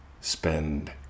Spend